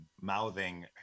mouthing